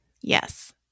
Yes